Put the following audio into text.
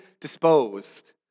disposed